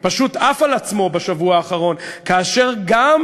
אשר אני